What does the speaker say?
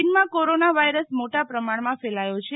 ચીનમાં corona virus મોટા પ્રમાણમાં ફેલાયો છે